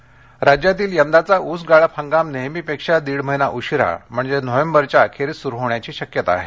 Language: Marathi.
साखर हगाम राज्यातील यंदाचा ऊस गाळप हंगाम नेहमीपेक्षा दीड महिना उशिरा म्हणजे नोव्हेंबरच्या अखेरीस सुरु होण्याची शक्यता आहे